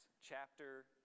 chapter